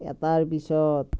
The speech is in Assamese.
এটাৰ পিছত